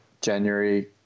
January